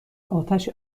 آتش